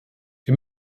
wir